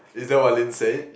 is that what Lin said